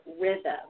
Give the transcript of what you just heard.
rhythm